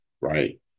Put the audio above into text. right